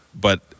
But-